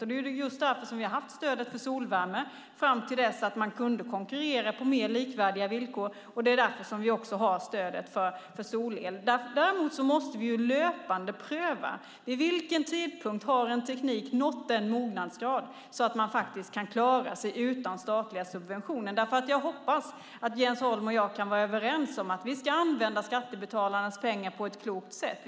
Vi hade därför ett stöd för solvärme fram till dess att man kunde konkurrera på mer likvärdiga villkor. Det är också därför vi har stödet för solel. Däremot måste vi löpande pröva vid vilken tidpunkt en teknik har nått en sådan mognad att den klarar sig utan statliga subventioner. Jag hoppas att Jens Holm och jag kan vara överens om att vi ska använda skattebetalarnas pengar på ett klokt sätt.